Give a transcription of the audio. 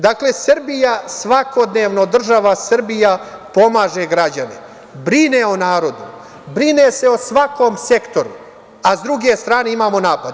Dakle, država Srbija svakodnevno pomaže građane, brine o narodu, brine se o svakom sektoru, a s druge strane imamo napade.